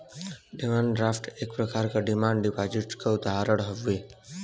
demand draft एक प्रकार क डिमांड डिपाजिट क उदाहरण हउवे